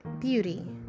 beauty